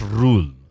rule